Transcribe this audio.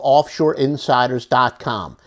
OffshoreInsiders.com